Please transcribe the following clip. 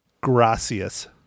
gracias